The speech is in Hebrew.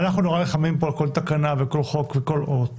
אנחנו נורא נלחמים פה על כל תקנה וכל חוק וכל אות,